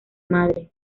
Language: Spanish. madre